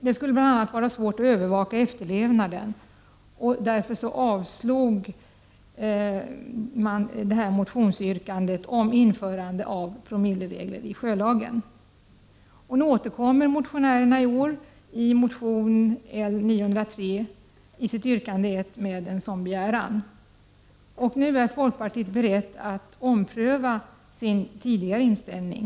Det skulle bl.a. vara svårt att övervaka efterlevnaden, och därför avslogs ett motionsyrkande om införande av promilleregler i sjölagen. Motionärerna återkommer i år i motion L903 yrkande 1 med sin begäran. Folkpartiet är nu berett att ompröva sin tidigare inställning.